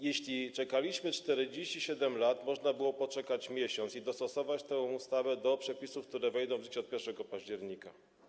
Jeśli czekaliśmy 47 lat, można było poczekać miesiąc i dostosować tę ustawę do przepisów, które wejdą w życie od 1 października.